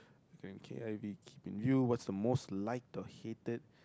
the k_i_v keep in view what's the most liked or hated